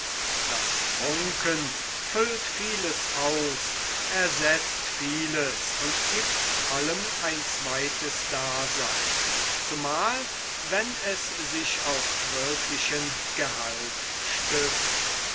das prunken füllt vieles aus ersetzt vieles und giebt allem ein zweites daseyn zumal wenn es sich auf wirklichen gehalt stützt